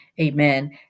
amen